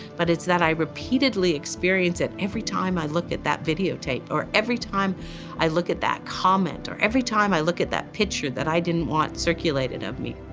but it's that i repeatedly experience it every time i look at that video tape, or every time i look at that comment, or every time i look at that picture that i didn't want circulated of me.